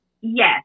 Yes